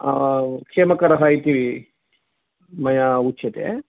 क्षेमकरः इति मया उच्यते